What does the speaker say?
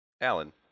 Alan